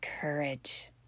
courage